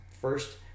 first